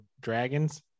dragons